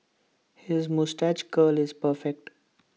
his moustache curl is perfect